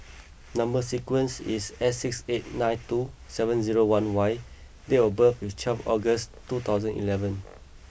number sequence is S six eight nine two seven zero one Y date of birth is twelve August two thousand eleven